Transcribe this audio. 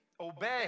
obey